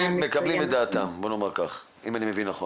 מקבלים את דעתם בואי נאמר כך, אם אני מבין נכון.